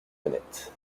honnête